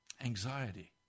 Anxiety